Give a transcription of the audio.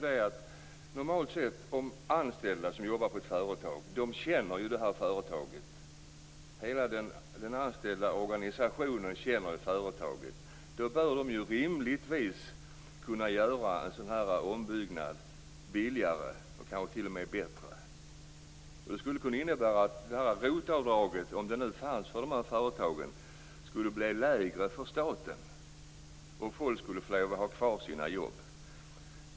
De anställda som jobbar på ett företag känner ju det företaget, normalt sett. Då bör de ju rimligtvis kunna göra en ombyggnad billigare och kanske t.o.m. bättre. Det skulle kunna innebära att statens kostnader för ROT-avdraget - om det nu utgick till de här företagen - skulle bli lägre och folk skulle få ha kvar sina jobb.